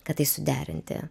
kad tai suderinti